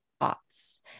thoughts